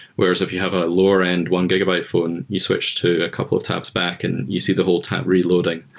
whereas if you have a lower-end one gigabyte phone. you switch to a couple of tabs back and you see the whole tab reloading,